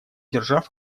держав